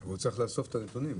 הוא צריך לאסוף את הנתונים.